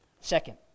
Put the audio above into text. Second